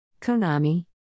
Konami